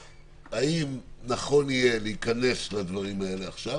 האם נכון יהיה להיכנס לדברים האלה עכשיו